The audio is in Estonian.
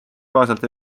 kohaselt